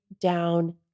down